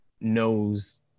knows